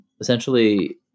essentially